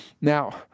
Now